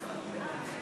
בתי-קברות צבאיים